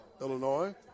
Illinois